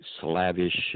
slavish